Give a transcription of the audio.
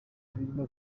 birimo